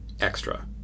extra